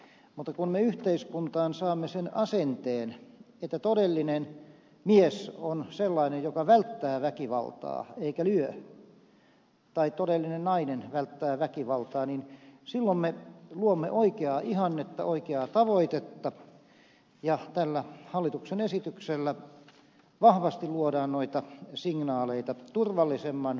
mutta kun me yhteiskuntaan saamme sen asenteen että todellinen mies on sellainen joka välttää väkivaltaa eikä lyö tai todellinen nainen välttää väkivaltaa niin silloin me luomme oikeaa ihannetta oikeaa tavoitetta ja tällä hallituksen esityksellä vahvasti luodaan noita signaaleita turvallisemman suomen puolesta